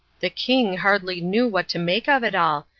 the king hardly knew what to make of it all,